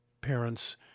parents